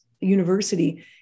university